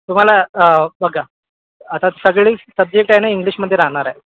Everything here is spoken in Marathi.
तुम्हाला बघा आता सगळे सब्जेक्ट आहे ना इंग्लिशमध्ये राहणार आहे